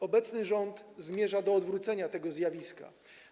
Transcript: Obecny rząd zmierza do odwrócenia tego zjawiska.